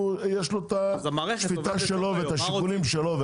יש לו את השיטה שלו ואת השיקולים שלו.